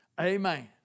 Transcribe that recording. Amen